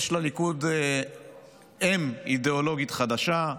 יש לליכוד אם אידיאולוגית חדשה,